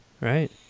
Right